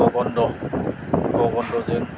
गगन्द गगन्दजों